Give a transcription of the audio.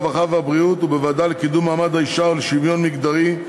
הרווחה והבריאות ובוועדה לקידום מעמד האישה ולשוויון מגדרי,